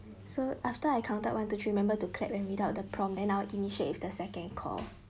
so after I counted one two three remember to clap and without the prompt then I'll initiate with the second call